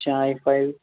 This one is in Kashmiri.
اچھا آے فایِو